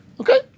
okay